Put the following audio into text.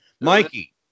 Mikey